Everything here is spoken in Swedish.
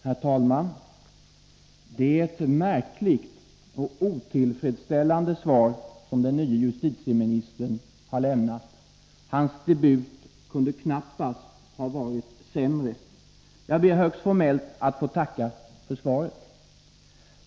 Herr talman! Det är ett märkligt och otillfredsställande svar som den nye justitieministern har lämnat. Hans debut kunde knappast ha varit sämre. Jag ber högst formellt att få tacka för svaret.